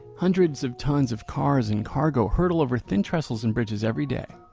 hundreds of tons of cars and cargo hurtle over thin trestles and bridges everyday.